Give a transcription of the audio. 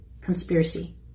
conspiracy